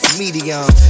medium